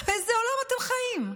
באיזה עולם אתם חיים?